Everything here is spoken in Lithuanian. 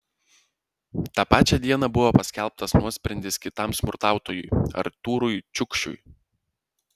tą pačią dieną buvo paskelbtas nuosprendis kitam smurtautojui artūrui čiukšiui